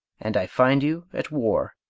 and i find you at war.